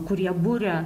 kurie buria